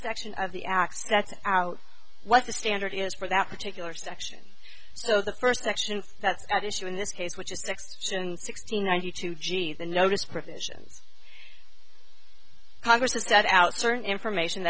section of the act that's out what the standard is for that particular section so the first section that's at issue in this case which is text and sixty ninety two g the notice provisions congress has that out certain information